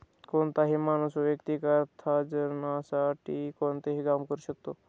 कोणताही माणूस वैयक्तिक अर्थार्जनासाठी कोणतेही काम करू शकतो